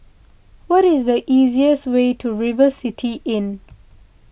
what is the easiest way to River City Inn